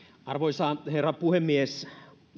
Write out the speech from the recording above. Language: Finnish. arvoisa herra puhemies